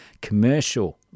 commercial